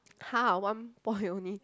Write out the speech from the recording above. !huh! one point only